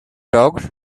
dogs